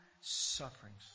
sufferings